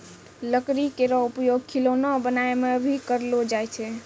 लकड़ी केरो उपयोग खिलौना बनाय म भी करलो जाय छै